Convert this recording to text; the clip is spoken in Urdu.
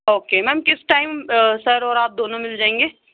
اوکے میم کس ٹائم سر اور آپ دونوں مِل جائیں گے